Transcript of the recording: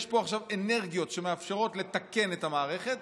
יש פה עכשיו אנרגיות שמאפשרות לתקן את המערכת,